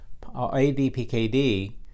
ADPKD